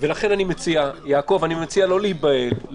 ולכן יעקב אני מציע לא להיבהל.